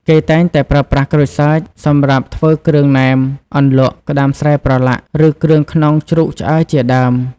គេតែងតែប្រើប្រាស់ក្រូចសើចសម្រាប់ធ្វើគ្រឿងណែម អន្លក់ ក្តាមស្រែប្រឡាក់ ឬគ្រឿងក្នុងជ្រូកឆ្អើរជាដើម។